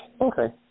Okay